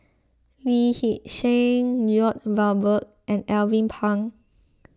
Lee Hee Seng Lloyd Valberg and Alvin Pang